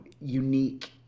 unique